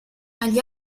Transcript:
agli